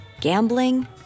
gambling